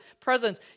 presence